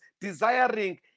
desiring